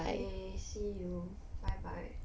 okay see you bye bye